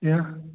ꯑꯦ